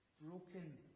broken